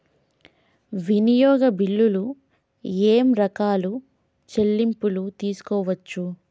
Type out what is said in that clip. వినియోగ బిల్లులు ఏమేం రకాల చెల్లింపులు తీసుకోవచ్చు?